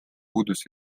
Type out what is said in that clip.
puudus